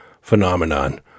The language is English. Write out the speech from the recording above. phenomenon